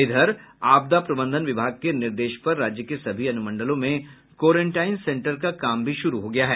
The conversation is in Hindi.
इधर आपदा प्रबंधन विभाग के निर्देश पर राज्य के सभी अनुमंडलों में कोरेंटाईन सेंटर का काम शुरू हो गया है